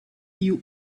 you